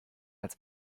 als